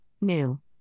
New